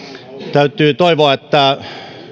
täytyy toivoa että